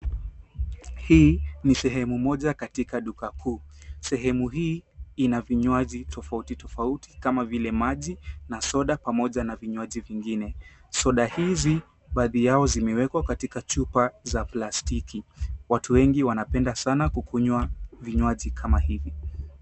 Hii ni sehemu moja katika duka kuu. Sehemu hii ina vinywaji tofauti tofauti kama vile maji na soda pamoja na vinywaji vingine. Soda hizi baadhi yao zimewekwa katika chupa za plastiki. Watu wengi wanapenda sana kukunywa vinywaji kama hii.